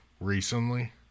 Recently